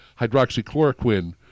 hydroxychloroquine